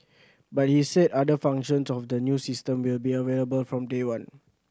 but he said other functions of the new system will be available from day one